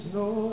no